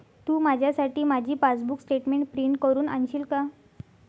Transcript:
तू माझ्यासाठी माझी passbook statement print करून आणशील का?